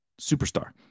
superstar